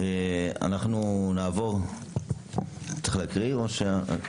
צריך להקריא את הצעת החוק.